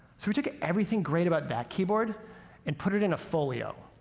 so we took everything great about that keyboard and put it in a folio.